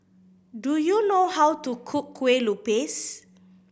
do you know how to cook Kueh Lupis